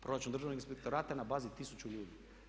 Proračun državnog inspektorata na bazi tisuću ljudi.